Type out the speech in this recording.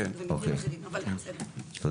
תודה.